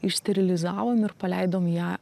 išsterilizavom ir paleidom ją